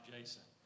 Jason